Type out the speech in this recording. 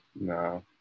no